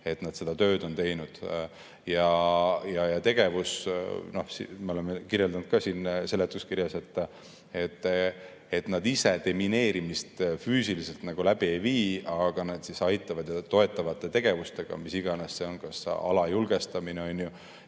nad seda tööd on teinud. Me oleme kirjeldanud siin seletuskirjas, et nad ise demineerimist füüsiliselt läbi ei vii, aga nad aitavad toetavate tegevustega, mis iganes see on, kas ala julgestamine ja